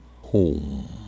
home